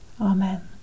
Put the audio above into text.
Amen